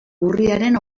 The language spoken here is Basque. urriaren